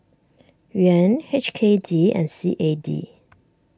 Yuan H K D and C A D